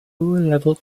level